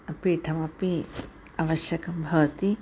पीठमपि आवश्यकं भवति